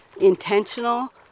intentional